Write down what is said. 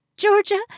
Georgia